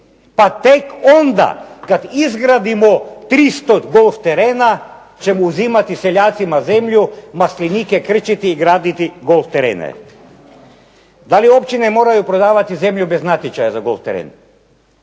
pa tek onda kad izgradimo 300 golf terena ćemo uzimati seljacima zemlju, maslinike krčiti i graditi golf terene. Da li općine moraju prodavati zemlju bez natječaja za golf teren?